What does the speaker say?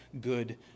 good